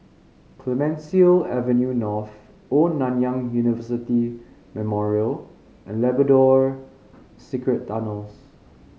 Clemenceau Avenue North Old Nanyang University Memorial and Labrador Secret Tunnels